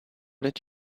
did